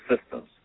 systems